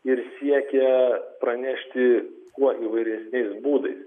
ir siekia pranešti kuo įvairesniais būdais